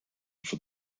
for